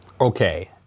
Okay